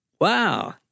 Wow